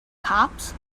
cops